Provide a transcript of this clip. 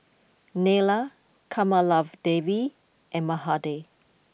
Neila Kamaladevi and Mahade